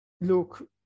look